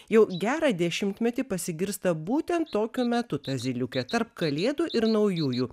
jau gerą dešimtmetį pasigirsta būtent tokiu metu ta zyliukė tarp kalėdų ir naujųjų